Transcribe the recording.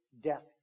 death